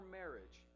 marriage